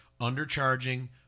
undercharging